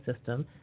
system